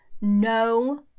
no